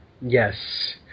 Yes